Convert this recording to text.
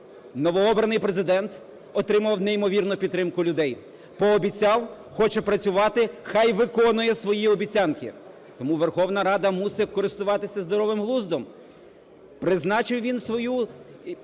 Новообраний Президент отримав неймовірну підтримку людей, пообіцяв, хоче працювати, хай виконує свої обіцянки. Тому Верховна Рада мусить користуватися здоровим глуздом. Призначив він свою